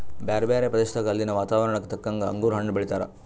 ಬ್ಯಾರೆ ಬ್ಯಾರೆ ಪ್ರದೇಶದಾಗ ಅಲ್ಲಿನ್ ವಾತಾವರಣಕ್ಕ ತಕ್ಕಂಗ್ ಅಂಗುರ್ ಹಣ್ಣ್ ಬೆಳೀತಾರ್